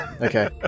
Okay